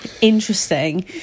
interesting